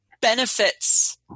benefits